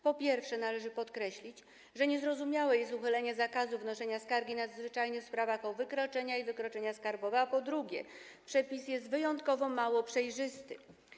Po pierwsze, należy podkreślić, że niezrozumiałe jest uchylenie zakazu wnoszenia skargi nadzwyczajnej w sprawach o wykroczenia i wykroczenia skarbowe, po drugie, przepis jest wyjątkowo mało przejrzysty.